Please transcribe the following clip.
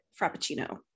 frappuccino